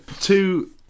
Two